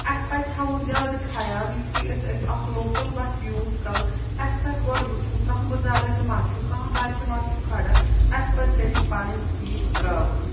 اَسہِ پَزِ تھاوُن زیادٕ خَیال یُتھُے أسۍ اَکھ لوکَل بَس یوٗز کَرو اَسہِ پَزِ گۄڈٕ وٕچھُن کانٛہہ بُزَرٕگ ما چھُ کانٛہہ بَچہِ ما چھُ کھَڑا اَسہِ پَزِ تٔمِس پَنٕنۍ سیٖٹ ترٛاوٕنۍ